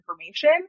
information